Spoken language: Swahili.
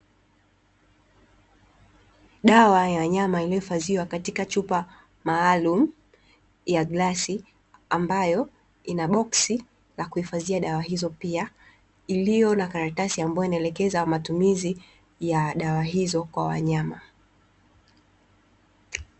Dawa ya wanyama iliyohifadhiwa katika chupa maalum ya glasi ambayo, ina boksi la kuhifadhia dawa hizo pia iliyo na karatasi ambayo inaelekeza matumizi ya dawa hizo kwa wanyama.